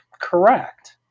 correct